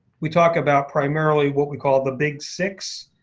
we talk about primarily what we call the big six.